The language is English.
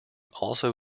also